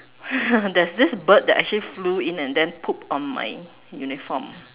there's this bird that actually flew in and then pooped on my uniform